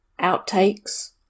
outtakes